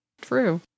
True